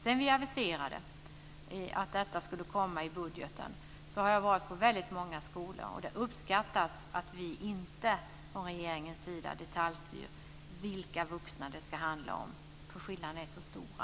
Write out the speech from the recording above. Sedan vi aviserade att detta skulle komma i budgeten har jag varit i väldigt många skolor, och det uppskattas att vi från regeringens sida inte detaljstyr vilka vuxna som det ska handla om, eftersom skillnaderna är så stora.